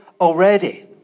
already